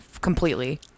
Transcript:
completely